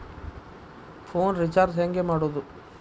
Phone recharge ಹೆಂಗೆ ಮಾಡೋದು?